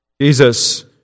Jesus